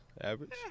average